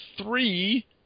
three